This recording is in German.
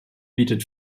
bietet